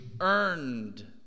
earned